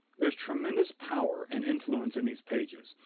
there's tremendous power and influence in these pages,